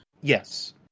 Yes